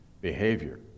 behavior